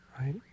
right